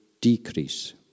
decrease